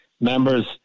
members